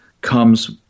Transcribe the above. comes